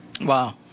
Wow